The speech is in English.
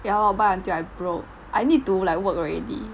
ya lor buy until I broke I need to like work already